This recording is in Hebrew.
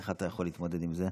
איך אתה יכול להתמודד עם זה?